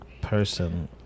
person